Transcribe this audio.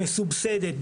מסובסדת,